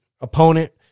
opponent